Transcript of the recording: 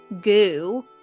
goo